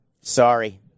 Sorry